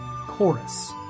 Chorus